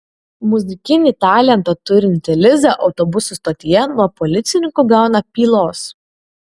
muzikinį talentą turinti liza autobusų stotyje nuo policininkų gauna pylos